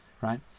right